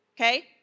Okay